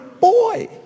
boy